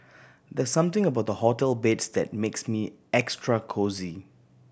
there's something about hotel beds that makes me extra cosy